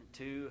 Two